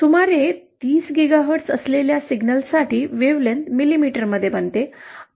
सुमारे ३० गिगाहर्ट्झ असलेल्या सिग्नल्ससाठी तरंगलांबी मिलीमीटरमध्ये बनते